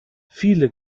viele